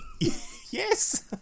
Yes